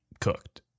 cooked